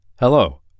Hello